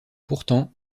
pourtant